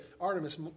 Artemis